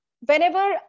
Whenever